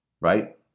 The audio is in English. right